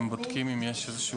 הם בודקים האם יש איזשהו